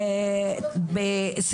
בבקשה.